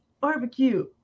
Barbecue